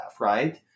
right